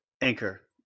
Anchor